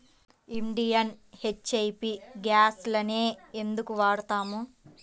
Indian, HP గ్యాస్లనే ఎందుకు వాడతాము?